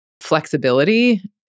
flexibility